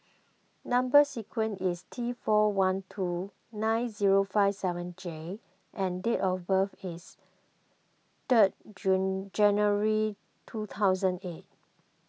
Number Sequence is T four one two nine zero five seven J and date of birth is third January two thousand eight